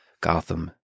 Gotham